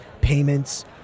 payments